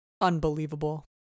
Unbelievable